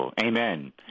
Amen